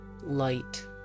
light